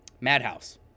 Madhouse